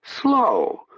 slow